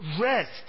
Rest